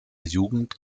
jugend